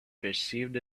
perceived